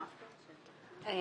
אני